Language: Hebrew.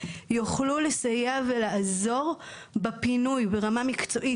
יוכלו לסייע ולעזור בפינוי ברמה מקצועית.